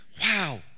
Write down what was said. wow